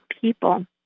people